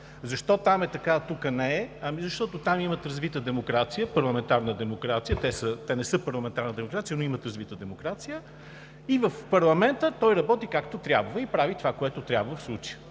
Защо там е така, а тук не е? Ами, защото там имат развита парламентарна демокрация, те не са парламентарна демокрация, но имат развита демокрация и парламентът работи както трябва и прави това, което трябва в случая,